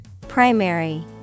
Primary